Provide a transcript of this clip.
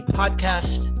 podcast